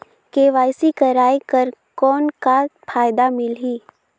KYC कराय कर कौन का फायदा मिलही?